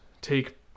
take